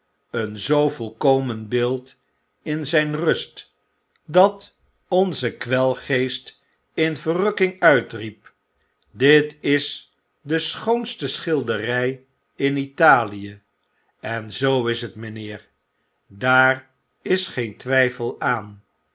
een zoo volkomen beeld in zijn rust dat onze kwelgeest in verrukking uitriep dit is de schoonste schilderij in italie en zoo is het mynheer daar is geen twtjfel aan